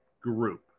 group